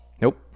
nope